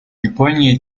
японии